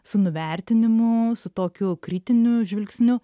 su nuvertinimu su tokiu kritiniu žvilgsniu